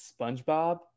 SpongeBob